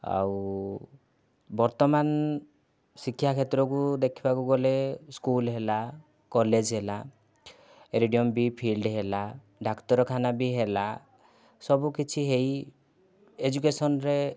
ଆଉ ବର୍ତ୍ତମାନ ଶିକ୍ଷା କ୍ଷେତ୍ରକୁ ଦେଖିବାକୁ ଗଲେ ସ୍କୁଲ ହେଲା କଲେଜ ହେଲା ଏରିଡ଼ିଅମ ବି ଫିଲ୍ଡ୍ ହେଲା ଡାକ୍ତରଖାନା ବି ହେଲା ସବୁକିଛି ହୋଇ ଏଜୁକେସନ୍ ରେ